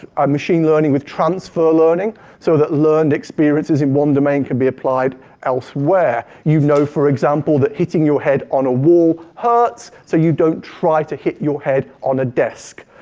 um machine learning with transfer learning so that learned experiences in one domain can be applied elsewhere. you know, for example, that hitting your head on a wall hurts, so you don't try to hit your head on a desk.